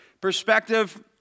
perspective